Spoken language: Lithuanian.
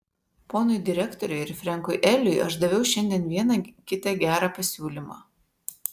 ponui direktoriui ir frenkui eliui aš daviau šiandien vieną kitą gerą pasiūlymą